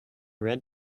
red